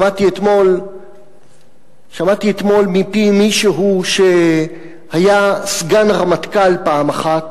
שמעתי אתמול מפי מישהו שהיה סגן הרמטכ"ל פעם אחת,